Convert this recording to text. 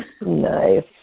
Nice